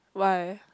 why